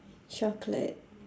chocolate